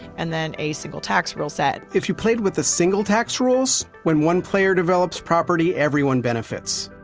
and then a single tax rule set. if you played with the single tax rules, when one player develops property everyone benefits.